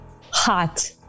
Hot